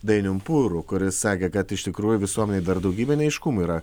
dainium pūru kuris sakė kad iš tikrųjų visuomenėj dar daugybė neaiškumų yra